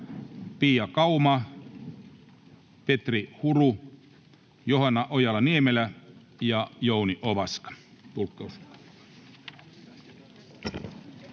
Pia Kauma, Petri Huru, Johanna Ojala-Niemelä ja Jouni Ovaska.